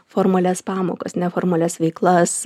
formalias pamokas neformalias veiklas